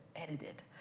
edited.